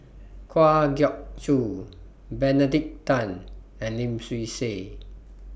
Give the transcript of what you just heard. Kwa Geok Choo Benedict Tan and Lim Swee Say